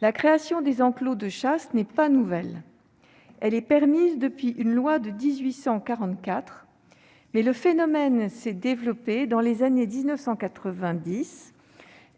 La création des enclos de chasse n'est pas nouvelle : elle est permise par une loi de 1844. Mais le phénomène s'est développé dans les années 1990